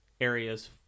areas